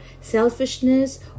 selfishness